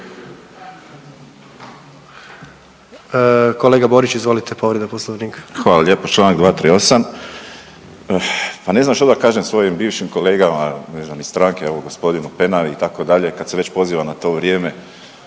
Kolega Borić izvolite povreda poslovnika. **Borić, Josip (HDZ)** Hvala lijepo. Čl. 238., pa ne znam što da kažem svojim bivšim kolegama ne znam iz stranke, evo g. Penavi itd. kad se već poziva na to vrijeme.